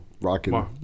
rocking